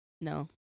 No